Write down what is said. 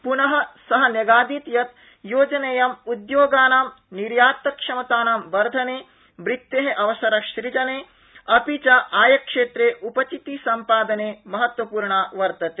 प्न स न्यगादीत् यत् योजनेयं उद्योगानां निर्यातक्षमतानां वर्धने वृत्ते अवसरसृजने अपि च आयक्षेत्रे उपचितिसम्पादने महत्वपूर्णा वर्तते